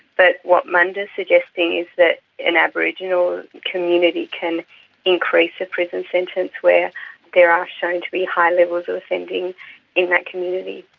but what munda is suggesting is that an aboriginal community can increase a prison sentence where there are shown to be high levels of offending in that community.